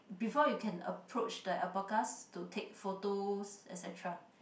before you can approach the alpacas to take photos et cetera